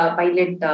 pilot